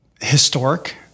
historic